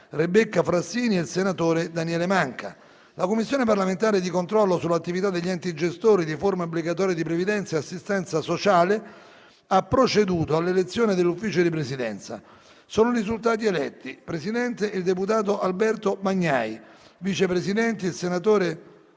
Rebecca Frassini e senatore Daniele Manca. La Commissione parlamentare di controllo sull'attività degli enti gestori di forme obbligatorie di previdenza e assistenza sociale ha proceduto all'elezione dell'Ufficio di Presidenza. Sono risultati eletti: Presidente: deputato Alberto Bagnai; Vice Presidenti: senatore